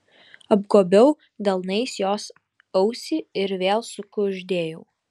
apgobiau delnais jos ausį ir vėl sukuždėjau